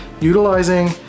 utilizing